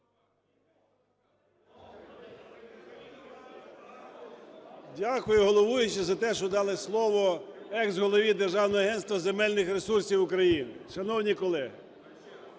Дякую, головуючий, за те, що дали слово екс-голові Державного агентства земельних ресурсів України. Шановні колеги,